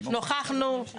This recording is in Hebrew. נוכחנו,